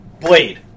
Blade